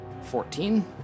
Fourteen